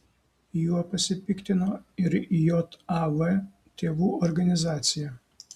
juo pasipiktino ir jav tėvų organizacija